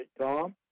Tom